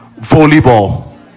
volleyball